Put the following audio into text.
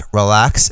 relax